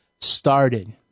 started